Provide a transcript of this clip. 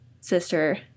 sister